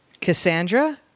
Cassandra